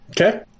Okay